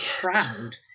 proud